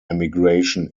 emigration